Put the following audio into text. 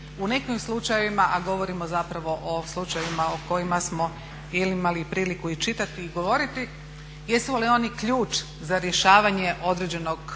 u nekim slučajevima, a govorimo zapravo o slučajevima o kojima smo imali priliku i čitati i govoriti jesu li oni ključ za rješavanje određenog